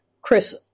Chris